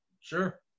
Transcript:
Sure